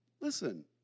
Listen